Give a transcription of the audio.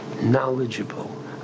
knowledgeable